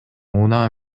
унаа